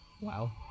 Wow